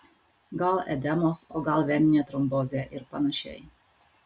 gal edemos o gal veninė trombozė ir panašiai